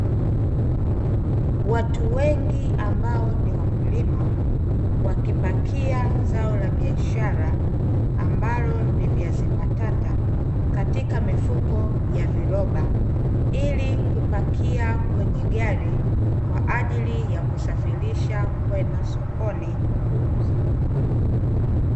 Watu wengi ambao ni wakulima, wakipakia zao la biashara ambalo ni viazi mbatata, katika mifuko ya viroba ili kupakia kwenye gari Kwa ajili ya kusafirisha kwenda sokoni kuuzwa.